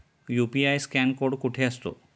UPI scan code कुठे असतो?